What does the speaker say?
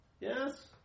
Yes